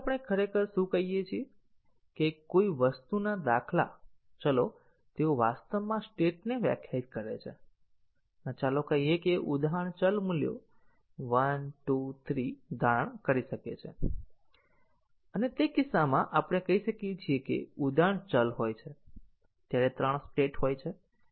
આપણે ખરેખર શું કહીએ છીએ કે કોઈ વસ્તુના દાખલા ચલો તેઓ વાસ્તવમાં સ્ટેટને વ્યાખ્યાયિત કરે છે અને ચાલો કહીએ કે ઉદાહરણ ચલ મૂલ્યો 1 2 3 ધારણ કરી શકે છે અને તે કિસ્સામાં આપણે કહી શકીએ કે જ્યારે ઉદાહરણ ચલ હોય ત્યારે ત્રણ સ્ટેટ હોય છે